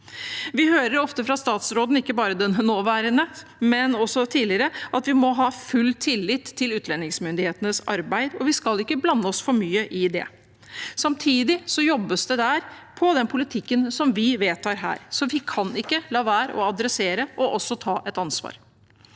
men også tidligere, at vi må ha full tillit til utlendingsmyndighetenes arbeid, og vi skal ikke blande oss for mye i det. Samtidig jobbes det der på den politikken som vi vedtar her, så vi kan ikke la være å ta det opp og også ta et ansvar.